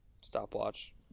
Stopwatch